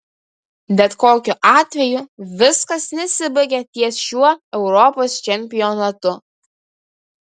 bet kokiu atveju viskas nesibaigia ties šiuo europos čempionatu